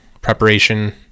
preparation